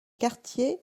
quartiers